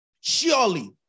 Surely